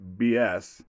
BS